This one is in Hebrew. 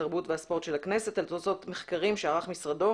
התרבות והספורט של הכנסת על תוצאות מחקרים שערך משרדו,